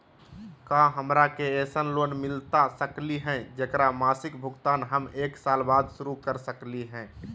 का हमरा के ऐसन लोन मिलता सकली है, जेकर मासिक भुगतान हम एक साल बाद शुरू कर सकली हई?